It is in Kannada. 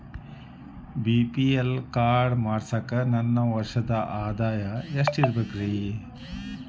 ಬಿ.ಪಿ.ಎಲ್ ಕಾರ್ಡ್ ಮಾಡ್ಸಾಕ ನನ್ನ ವರ್ಷದ್ ಆದಾಯ ಎಷ್ಟ ಇರಬೇಕ್ರಿ?